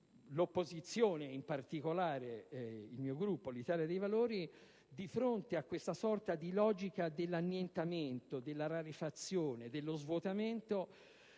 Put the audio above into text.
l'opposizione, in particolare il mio Gruppo dell'Italia dei Valori, di fronte a questa sorta di logica dell'annientamento, della rarefazione e dello svuotamento,